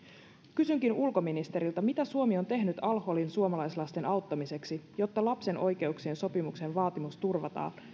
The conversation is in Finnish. kysynkin ulkoministeriltä mitä suomi on tehnyt al holin suomalaislasten auttamiseksi jotta lapsen oikeuksien sopimuksen vaatimus turvataan